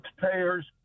taxpayers